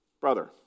brother